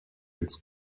its